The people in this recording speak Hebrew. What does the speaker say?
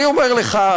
אני אומר לך,